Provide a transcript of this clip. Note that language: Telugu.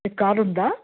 మీకు కారు ఉందా